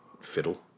fiddle